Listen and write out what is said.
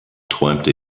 träumte